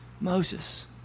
Moses